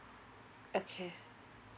okay